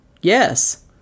Yes